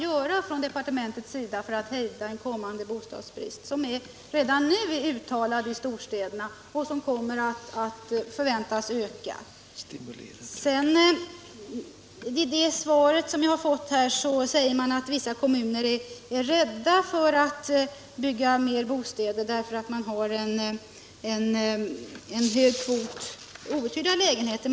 I det svar som jag fått säger statsrådet att vissa kommuner är rädda för att bygga mer bostäder därför att de har en hög kvot av outhyrda lägenheter.